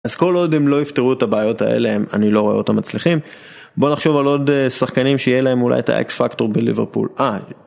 אז כל עוד אם לא יפתרו את הבעיות האלה אני לא רואה אותם מצליחים בוא נחשוב על עוד שחקנים שיהיה להם אולי את האקס פקטור בליברפול.